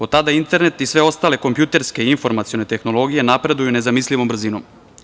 Od tada internet i sve ostale kompjuterske i informacione tehnologije napreduju nezamislivom brzinom.